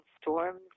storms